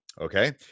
Okay